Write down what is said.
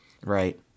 Right